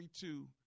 two